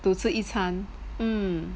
to 吃一餐